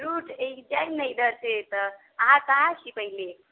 route ई जायब ने इधर से तऽ अहाँ कहाँ छी पहिले